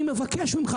אני מבקש ממך,